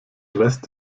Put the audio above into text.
rest